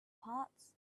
parts